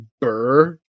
burr